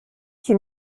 qu’il